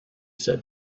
said